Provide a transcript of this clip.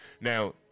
Now